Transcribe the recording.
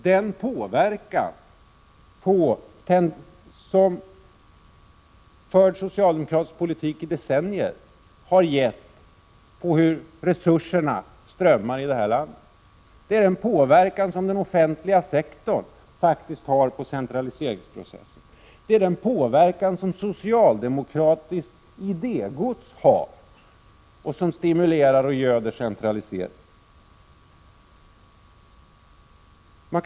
Den socialdemokratiska politiken har i decennier påverkat hur resurser används i detta land, och det är den påverkan som offentliga sektorn har haft på centraliseringsprocessen. Det är den påverkan som det socialdemokratiska idégodset har och som stimulerar och göder centraliseringen.